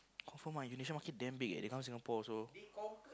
oh for Indonesia market damm big eh they come Singapore also